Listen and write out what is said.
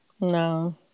no